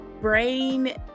brain